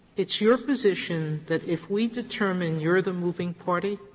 it's your position that if we determine you're the moving party,